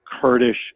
Kurdish